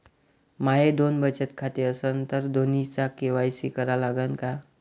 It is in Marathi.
माये दोन बचत खाते असन तर दोन्हीचा के.वाय.सी करा लागन का?